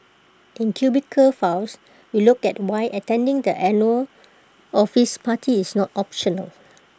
in cubicle files we look at why attending the annual office party is not optional